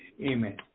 amen